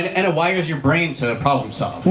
and it wires your brain to problem solve.